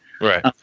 Right